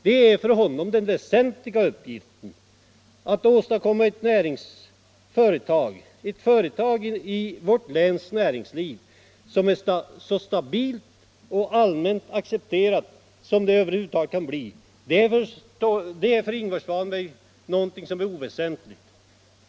Det är för honom den väsentliga uppgiften. Att skapa ett företag i vårt läns näringsliv, som är så stabilt och allmänt accepterat som det över huvud taget kan bli, är för Ingvar Svanberg något oväsentligt.